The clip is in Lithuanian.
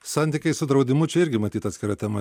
santykiai su draudimu čia irgi matyt atskira tema